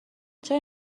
چرا